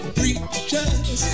preachers